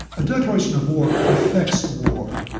a declaration of war perfects a war.